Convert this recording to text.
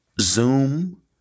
Zoom